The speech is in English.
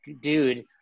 dude